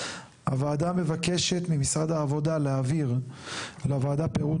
1. הוועדה מבקשת ממשרד העבודה להעביר לוועדה פירוט